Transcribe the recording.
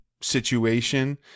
situation